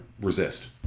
resist